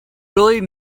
really